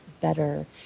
better